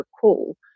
call